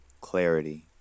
clarity